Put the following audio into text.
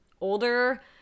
older